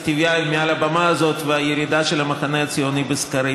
טיבייב מעל הבמה הזאת לירידה של המחנה הציוני בסקרים.